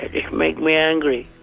it made me angry.